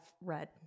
read